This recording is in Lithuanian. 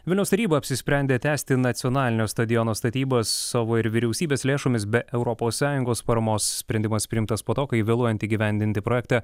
vilniaus taryba apsisprendė tęsti nacionalinio stadiono statybas savo ir vyriausybės lėšomis be europos sąjungos paramos sprendimas priimtas po to kai vėluojant įgyvendinti projektą